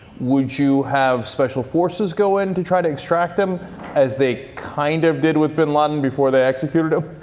would you have special forces go in to try to extract him as they kind of did with bin laden before they executed ah